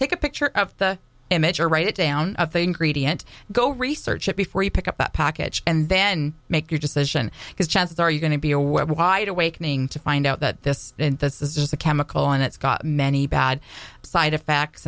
take a picture of the image or write it down of the ingredient go research it before you pick up that package and then make your decision because chances are you going to be a web wide awakening to find out that this this is a chemical and it's got many bad side effects